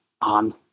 on